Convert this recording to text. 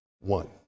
one